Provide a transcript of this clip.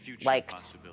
Liked